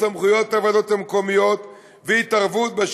בסמכויות הוועדות המקומיות והתערבות של